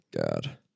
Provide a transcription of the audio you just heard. God